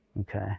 Okay